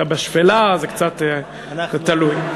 אתה בשפלה, זה תלוי.